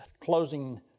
closing